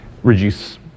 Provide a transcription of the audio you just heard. reduce